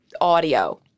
audio